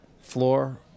floor